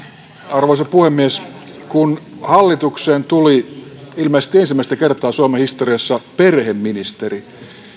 arvoisa puhemies kun hallitukseen tuli ilmeisesti ensimmäistä kertaa suomen historiassa perheministeri